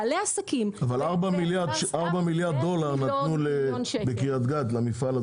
אבל ארבעה מיליארדי דולרים נתנו לאינטל קריית גת כדי לתמוך,